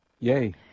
Yay